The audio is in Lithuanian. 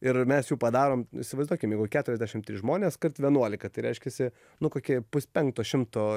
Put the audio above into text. ir mes jų padarom įsivaizduokim jeigu keturiasdešim trys žmonės kart vienuolika tai reiškiasi nu kokį puspenkto šimto